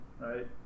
right